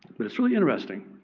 but it's really interesting.